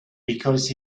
because